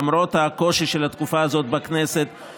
למרות הקושי של התקופה הזאת בכנסת,